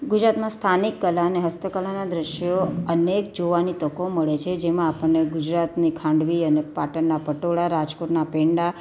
ગુજરાતમાં સ્થાનિક કલા અને હસ્તકલાના દૃશ્યો અનેક જોવાની તકો મળે છે જેમાં આપણને ગુજરાતની ખાંડવી અને પાટણનાં પટોળાં રાજકોટના પેંડા